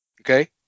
Okay